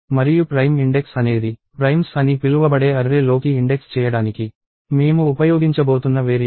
మరియు prime index అనేది primes అని పిలువబడే అర్రే లోకి ఇండెక్స్ చేయడానికి మేము ఉపయోగించబోతున్న వేరియబుల్